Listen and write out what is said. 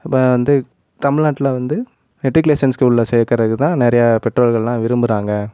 இப்போ வந்து தமிழ்நாட்டில வந்து மெட்ரிகுலேஷன் ஸ்கூல்ல சேர்க்கறக்குதான் நிறையா பெற்றோர்கள்லாம் விரும்புகிறாங்க